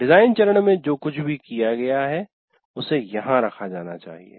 design चरण में जो कुछ भी किया गया है उसे यहां रखा जाना चाहिए